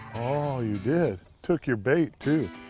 oh, you did? took your bait, too.